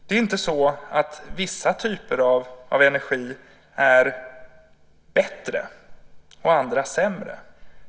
Det är inte så att vissa typer av energi är bättre och andra sämre.